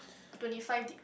twenty five deg~